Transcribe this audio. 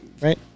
right